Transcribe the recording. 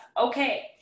okay